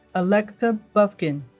alexa bufkin